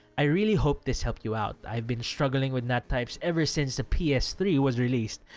i really hoped this helped you out. i've been struggling with nat types ever since the p s three was released.